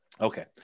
Okay